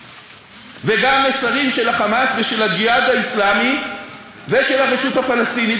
וגם מסרים של ה"חמאס" ושל "הג'יהאד האסלאמי" ושל הרשות הפלסטינית,